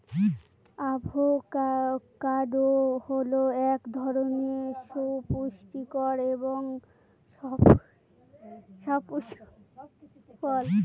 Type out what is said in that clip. avocado হল এক ধরনের সুপুষ্টিকর এবং সপুস্পক ফল